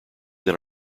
than